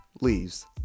leaves